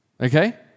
Okay